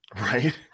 right